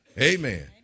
Amen